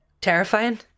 terrifying